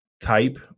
type